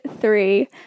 three